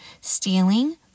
stealing